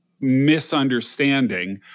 misunderstanding